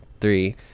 three